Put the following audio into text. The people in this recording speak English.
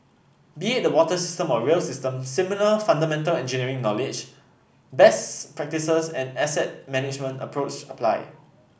be it the water system or rail system similar fundamental engineering knowledge best practices and asset management approach apply